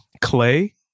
clay